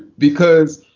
because,